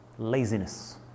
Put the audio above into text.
laziness